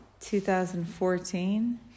2014